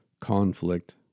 conflict